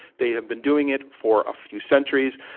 they have been doing it for a few centuries.